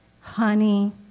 honey